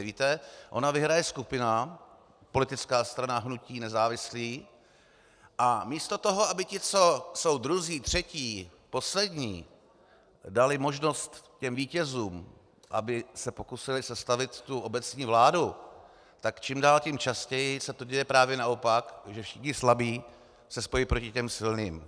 Víte, ona vyhraje skupina politická strana, hnutí, nezávislí a místo toho, aby ti, co jsou druzí, třetí, poslední dali možnost vítězům, aby se pokusili sestavit tu obecní vládu, tak čím dál tím častěji se to děje právě naopak, že všichni slabí se spojí proti těm silným.